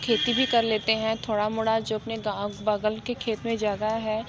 खेती भी कर लेते हैं थोड़ा मोड़ा जो अपने गाँव बगल के खेत में जगह है